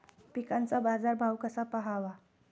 पिकांचा बाजार भाव कसा पहावा?